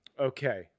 Okay